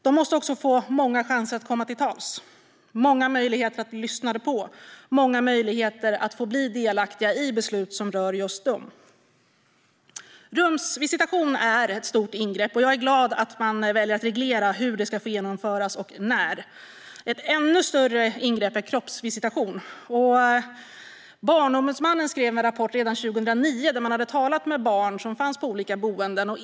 De måste också få många chanser att komma till tals, många möjligheter att bli lyssnade på och många möjligheter att bli delaktiga i beslut som rör just dem. Rumsvisitation är ett stort ingrepp, och jag är glad över att man väljer att reglera hur det ska få genomföras och när. Ett ännu större ingrepp är kroppsvisitation. Barnombudsmannen skrev en rapport redan 2009. Man hade talat med barn som fanns på olika boenden.